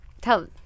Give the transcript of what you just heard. tell